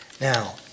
Now